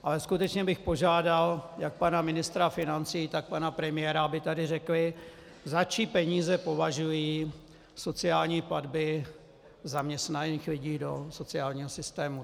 Ale skutečně bych požádal jak pana ministra financí, tak pana premiéra, aby tady řekli, za čí peníze považují sociální platby zaměstnaných lidí do sociálního systému.